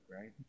right